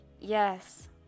Yes